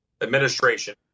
administration